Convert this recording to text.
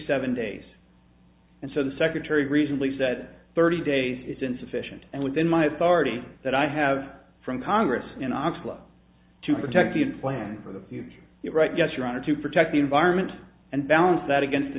seven days and so the secretary recently said thirty days is insufficient and within my authority that i have from congress in oslo to protect the plan for the future you're right yes your honor to protect the environment and balance that against the